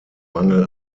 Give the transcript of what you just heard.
mangel